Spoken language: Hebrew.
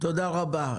תודה רבה.